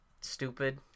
stupid